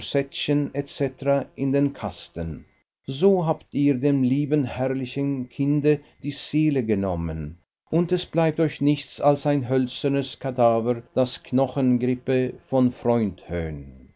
in den kasten so habt ihr dem lieben herrlichen kinde die seele genommen und es bleibt euch nichts als ein hölzerner kadaver das knochengerippe von freund